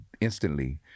instantly